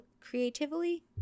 creatively